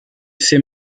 ses